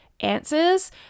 answers